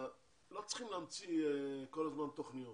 לא צריכים להמציא כל הזמן תוכניות,